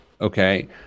Okay